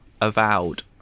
Avowed